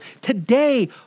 Today